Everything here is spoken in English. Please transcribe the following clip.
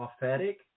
prophetic